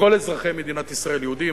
לכל אזרחי מדינת ישראל: יהודים,